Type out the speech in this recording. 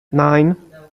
nine